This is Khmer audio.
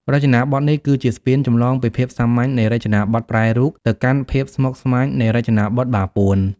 រចនាបថនេះគឺជាស្ពានចម្លងពីភាពសាមញ្ញនៃរចនាបថប្រែរូប ទៅកាន់ភាពស្មុគស្មាញនៃរចនាបថបាពួន។